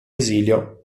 esilio